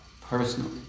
personally